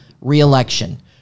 reelection